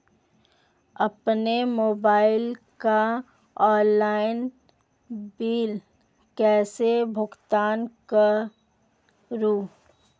अपने मोबाइल का online bill कैसे भुगतान करूं?